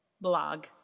blog